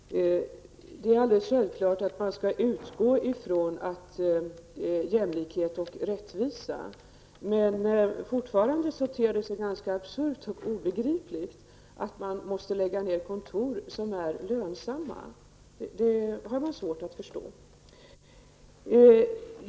Herr talman! Det är alldeles självklart att man skall utgå ifrån jämlikhet och rättvisa, men det ter sig fortfarande ganska absurt och obegripligt att kontor som är lönsamma måste läggas ned. Det har man svårt att förstå.